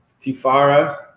Tifara